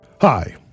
Hi